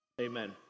Amen